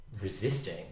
resisting